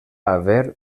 haver